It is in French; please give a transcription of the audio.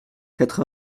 quatre